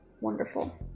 Wonderful